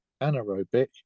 anaerobic